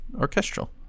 orchestral